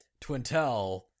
Twintel